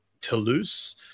Toulouse